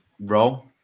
Roll